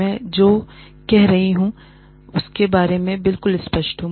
मैं जो कह रहा हूं उसके बारे में बिल्कुल स्पष्ट हूं